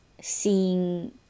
seeing